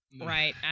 Right